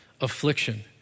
affliction